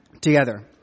together